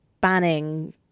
banning